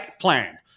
plan